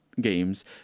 games